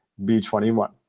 b21